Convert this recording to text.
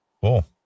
Cool